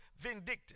vindictive